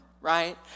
right